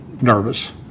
nervous